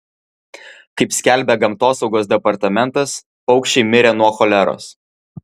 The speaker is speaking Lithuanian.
kaip skelbia gamtosaugos departamentas paukščiai mirė nuo choleros